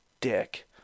dick